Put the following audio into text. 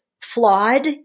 flawed